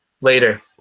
later